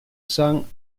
cents